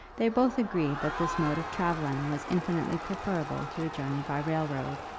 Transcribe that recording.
they both agreed that this mode of travelling was infinitely preferable to a journey by railroad,